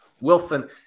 Wilson